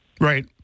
Right